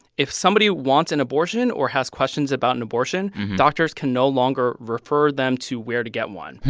if somebody wants an abortion or has questions about an abortion, doctors can no longer refer them to where to get one.